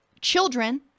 Children